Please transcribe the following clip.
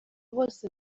bose